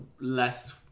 less